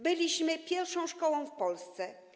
Byliśmy pierwszą szkołą w Polsce.